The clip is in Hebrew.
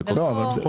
זה לא --- לא,